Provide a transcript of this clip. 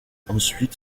ensuite